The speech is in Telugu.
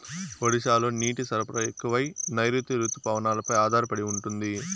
ఒడిశాలో నీటి సరఫరా ఎక్కువగా నైరుతి రుతుపవనాలపై ఆధారపడి ఉంటుంది